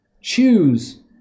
Choose